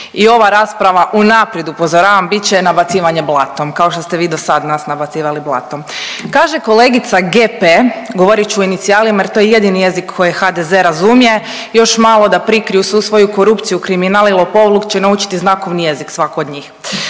i ova rasprava unaprijed upozoravam bit će nabacivanje blatom kao što ste vi do sad nas nabacivali blatom. Kaže kolegica GP govorit ću u inicijalima jer to je jedini jezik koji HDZ razumije još malo da prikriju svu svoju korupciju, kriminal i lopovluk će naučiti znakovni jezik svako od njih.